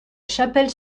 chapelle